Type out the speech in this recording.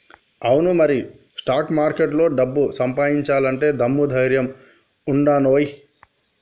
అవును మరి స్టాక్ మార్కెట్లో డబ్బు సంపాదించాలంటే దమ్ము ధైర్యం ఉండానోయ్